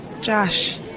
Josh